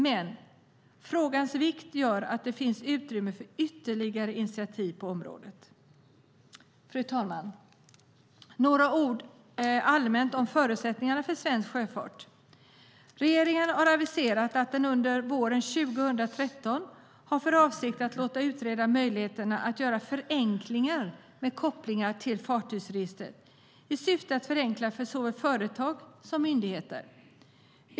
Men frågans vikt gör att det finns utrymme för ytterligare initiativ på området. Fru talman! Jag ska säga några ord om förutsättningarna för svensk sjöfart rent allmänt. Regeringen har aviserat att den under våren 2013 har för avsikt att låta utreda möjligheten att göra förenklingar med koppling till fartygsregistret i syfte att förenkla för såväl företag som myndigheter.